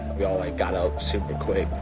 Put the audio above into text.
we all, like, got up super quick.